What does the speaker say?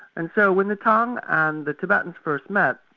and so when the tang and the tibetans first met,